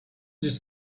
just